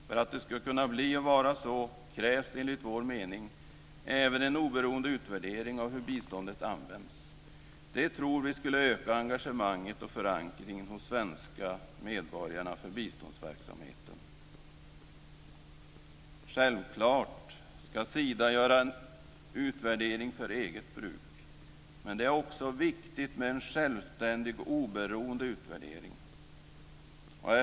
För att det ska kunna bli och vara så krävs det enligt vår mening även en oberoende utvärdering av hur biståndet används. Det tror vi skulle öka engagemanget och förankringen hos svenska medborgare när det gäller biståndsverksamheten. Självklart ska Sida göra en utvärdering för eget bruk men det är också viktigt med en självständig och oberoende utvärdering.